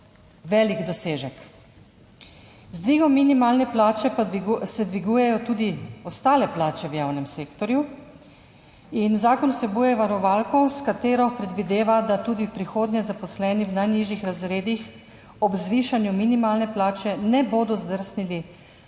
velik dosežek. Z dvigom minimalne plače pa se dvigujejo tudi ostale plače v javnem sektorju. In zakon vsebuje varovalko, s katero predvideva, da tudi v prihodnje zaposleni v najnižjih razredih ob zvišanju minimalne plače ne bodo zdrsnili